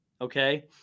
Okay